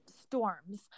storms